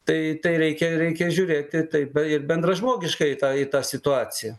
tai tai reikia reikia žiūrėti taip ir bendražmogiškai į tą į tą situaciją